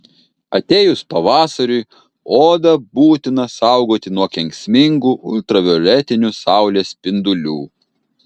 atėjus pavasariui odą būtina saugoti nuo kenksmingų ultravioletinių saulės spindulių